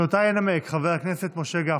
שאותה ינמק חבר הכנסת משה גפני.